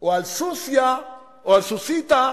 או על סוסיא, סוסיתא,